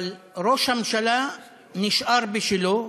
אבל ראש הממשלה נשאר בשלו,